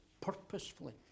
purposefully